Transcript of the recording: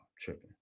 tripping